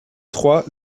trois